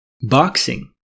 Boxing